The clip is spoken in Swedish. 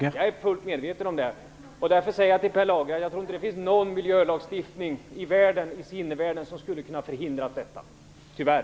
Herr talman! Jag är fullt medveten om det. Jag tror inte att det finns någon miljölagstiftning i sinnevärlden som skulle ha kunnat förhindra detta, tyvärr.